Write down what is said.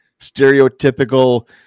stereotypical